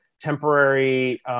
temporary